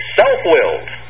self-willed